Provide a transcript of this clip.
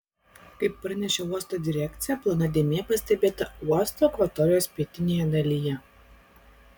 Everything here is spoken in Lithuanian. kaip pranešė uosto direkcija plona dėmė pastebėta uosto akvatorijos pietinėje dalyje